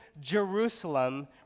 Jerusalem